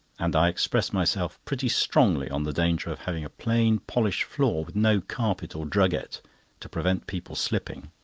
and i expressed myself pretty strongly on the danger of having a plain polished floor with no carpet or drugget to prevent people slipping.